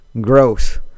gross